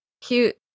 cute